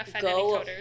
go